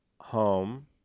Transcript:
home